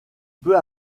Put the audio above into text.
peut